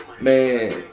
man